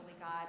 God